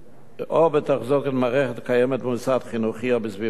ו/או בתחזוקת מערכת קיימת במוסד חינוכי או בסביבתו,